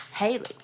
Haley